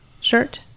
shirt